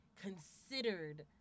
considered